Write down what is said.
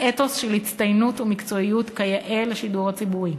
אתוס של הצטיינות ומקצועיות כיאה לשידור ציבורי.